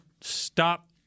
stop